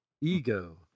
Ego